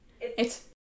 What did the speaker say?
It's-